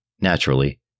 Naturally